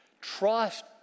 Trust